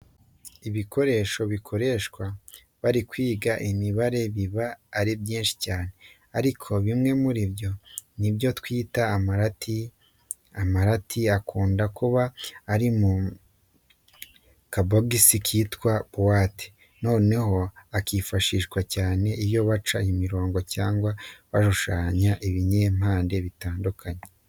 Ibikoresho bikoreshwa bari kwiga imibare biba ari byinshi cyane, ariko bimwe muri byo ni ibyo twita amarati. Amarati akunda kuba ari mu kabogisi kitwa buwate, noneho akifashishwa cyane iyo baca imirongo cyangwa bashushanya ibinyampande bitandukanye.